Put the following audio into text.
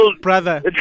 brother